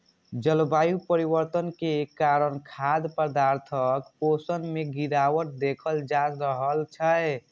जलवायु परिवर्तन के कारण खाद्य पदार्थक पोषण मे गिरावट देखल जा रहल छै